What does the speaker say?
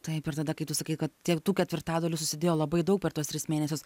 taip ir tada kaip tu sakai kad tiek tų ketvirtadalių susidėjo labai daug per tuos tris mėnesius